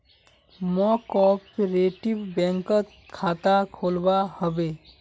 मौक कॉपरेटिव बैंकत खाता खोलवा हबे